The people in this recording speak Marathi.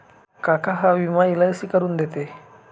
काका हा विमा एल.आय.सी करून देते